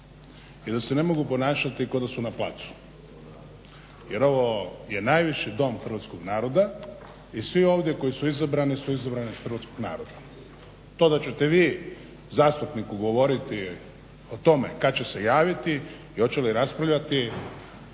i da se ne mogu ponašati kao da su na placu jer ovo je najviši Dom hrvatskog naroda i svi ovdje koji su izabrani su izabrani od hrvatskog naroda. To da ćete vi zastupniku govoriti o tome kad će se javiti i hoće li raspravljat,